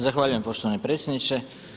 Zahvaljujem poštovani predsjedniče.